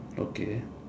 okay